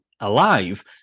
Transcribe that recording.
alive